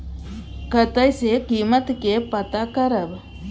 कतय सॅ कीमत के पता करब?